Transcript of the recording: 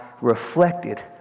reflected